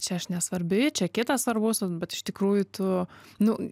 čia aš nesvarbi čia kitas svarbus bet iš tikrųjų tu nu